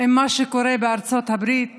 עם מה שקורה בארצות הברית